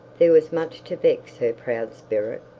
there was much to vex her proud spirit.